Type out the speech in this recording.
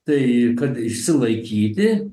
tai kad išsilaikyti